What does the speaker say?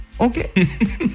Okay